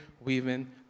weaving